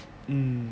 mm